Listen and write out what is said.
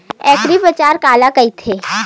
एग्रीबाजार काला कइथे?